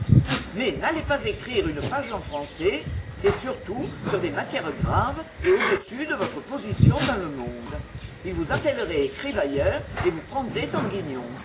mais n'allez pas écrire une page en français et surtout sur des matières graves et au-dessus de votre position dans le monde il vous appellerait écrivailleur et vous prendrait en guignon